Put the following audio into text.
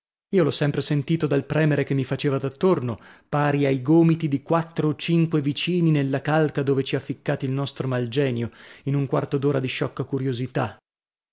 io l'ho sempre sentito dal premere che mi faceva d'attorno pari ai gomiti di quattro o cinque vicini nella calca dove ci ha ficcati il nostro mal genio in un quarto d'ora di sciocca curiosità